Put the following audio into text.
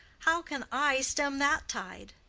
how can i stem that tide?